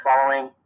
following